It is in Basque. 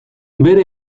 bere